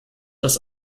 das